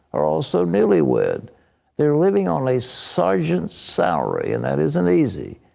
are also newlyweds. they're living on a sergeant's salary, and that isn't easy.